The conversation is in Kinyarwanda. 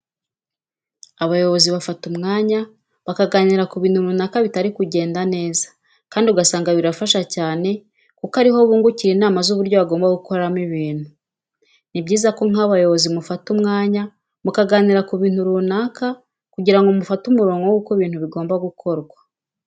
Abayobozi bafata umwanya bakaganira ku bintu runaka bitari kugenda neza kandi ugasanga birafasha cyane kuko ari ho bungukira inama z'uburyo bagomba gukoramo ibintu. Ni byiza ko nk'abayobozi mufata umwanya mukaganira ku bintu runaka kugira ngo mufate umurongo wuko ibintu bigomba gukorwa.